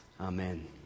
Amen